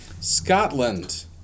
Scotland